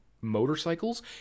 motorcycles